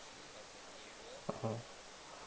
mmhmm